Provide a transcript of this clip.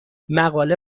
مقاله